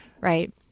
right